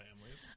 families